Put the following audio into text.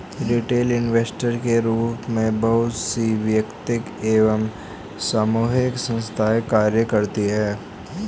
retail investor के रूप में बहुत सी वैयक्तिक एवं सामूहिक संस्थाएं कार्य करती हैं